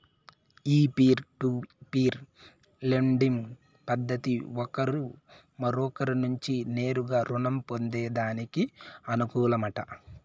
ఈ peer to peer lending పద్దతి ఒకరు మరొకరి నుంచి నేరుగా రుణం పొందేదానికి అనుకూలమట